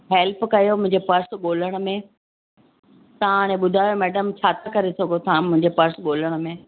help कयो मुंहिंजो purse ॻोल्हण में तव्हां हाणे ॿुधायो मैडम छा था करे सघो तव्हां मुंहिंजे पर्स ॻोल्हण में